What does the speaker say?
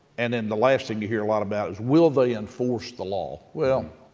and then the last thing you hear a lot about is, will they enforce the law? well,